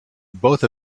both